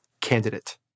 candidate